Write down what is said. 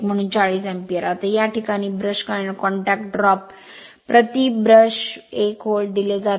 म्हणून 40 अँपिअर आता या प्रकरणात ब्रश कॉन्टॅक्ट ड्रॉप प्रति ब्रश 1 व्होल्ट दिले जाते